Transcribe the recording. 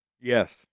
Yes